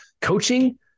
Coaching